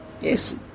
yes